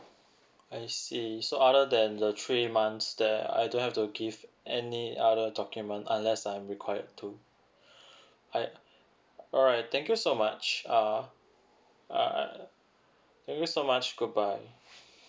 I see so other than the three months that I don't have to give any other document unless I'm required to I alright thank you so much uh uh thank you so much goodbye